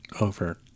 over